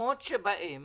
במקומות שבהם